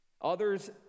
Others